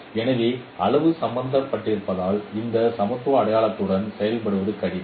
எனவே அளவு சம்பந்தப்பட்டிருப்பதால் இந்த சமத்துவ அடையாளத்துடன் செயல்படுவது கடினம்